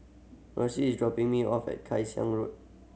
Marcy is dropping me off at Kay Xiang Road